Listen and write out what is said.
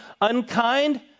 unkind